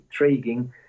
intriguing